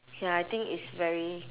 ya I think it's very